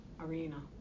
arena